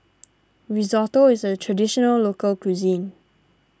Risotto is a Traditional Local Cuisine